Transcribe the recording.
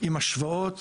עם השוואות,